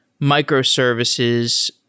microservices